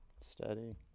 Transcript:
Steady